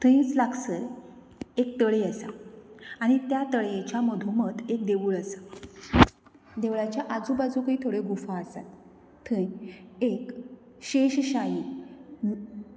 थंयस लागसर एक तळी आसा आनी त्या तळयेच्या मधोमद एक देवूळ आसा देवळाच्या आजुबाजुकय थोड्यो गुफा आसात थंय एक शेश शाही